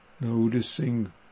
noticing